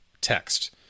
text